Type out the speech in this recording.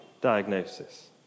diagnosis